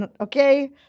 Okay